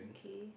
okay